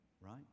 right